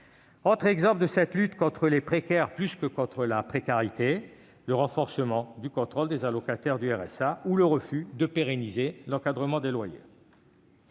Autres exemples de cette lutte contre les précaires plus que contre la précarité : le renforcement du contrôle des allocataires du RSA ou le refus de pérenniser l'encadrement des loyers.